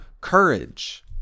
courage